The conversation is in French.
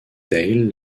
dale